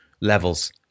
levels